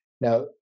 Now